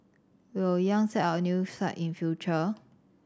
Will Yang set up a new site in future